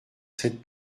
sept